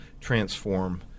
transform